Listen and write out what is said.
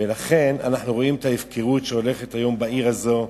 ולכן אנחנו רואים את ההפקרות שהולכת היום בעיר הזאת.